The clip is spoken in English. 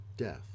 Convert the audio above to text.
Death